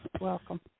Welcome